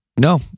No